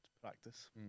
practice